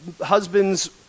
husbands